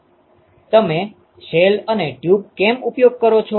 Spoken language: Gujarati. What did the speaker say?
તમે શેલ અને ટ્યુબ કેમ ઉપયોગ કરો છો